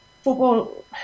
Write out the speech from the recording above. football